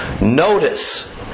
notice